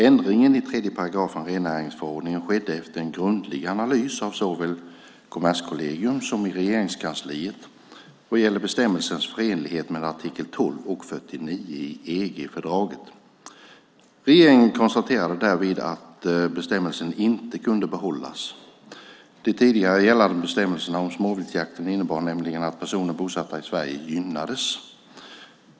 Ändringen i 3 § rennäringsförordningen skedde efter en grundlig analys av såväl Kommerskollegium som i Regeringskansliet vad gällde bestämmelsens förenlighet med artiklarna 12 och 49 i EG-fördraget. Regeringen konstaterade därvid att bestämmelsen inte kunde behållas. De tidigare gällande bestämmelserna om småviltsjakten innebar nämligen att personer bosatta i Sverige gynnades.